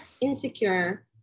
insecure